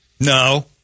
No